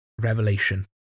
revelation